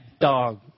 dog